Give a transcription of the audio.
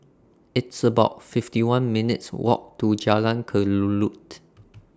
It's about fifty one minutes Walk to Jalan Kelulut